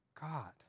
God